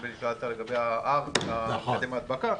נדמה לי ששאלת לגבי ה-R מקדם ההדבקה,